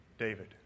David